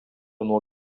nuo